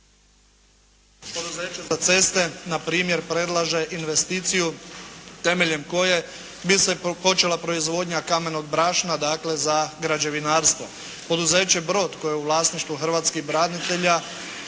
za ceste npr. predlaže investiciju temeljem koje bi se počela proizvodnja kamenog brašna, dakle, za građevinarstvo. Poduzeće "Brod" koje je u vlasništvu hrvatskih branitelja